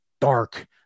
dark